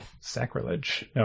sacrilege